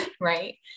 right